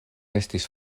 estis